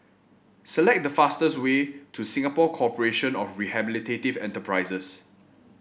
select the fastest way to Singapore Corporation of Rehabilitative Enterprises